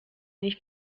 nicht